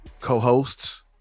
co-hosts